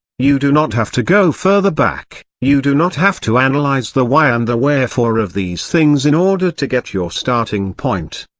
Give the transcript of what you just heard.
you do not have to go further back you do not have to analyse and like the why and the wherefore of these things in order to get your starting point.